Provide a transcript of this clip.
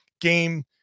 game